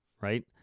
right